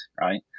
right